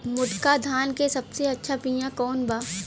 मोटका धान के सबसे अच्छा बिया कवन बा?